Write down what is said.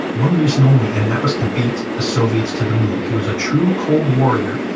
one reason only, and that was to beat the soviets to the moon. he was a true cold warrior,